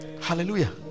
hallelujah